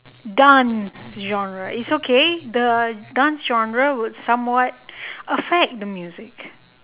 dance genre it's okay the dance genre would somewhat affect the music